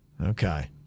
Okay